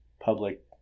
public